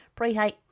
preheat